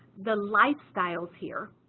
the lifestyles here,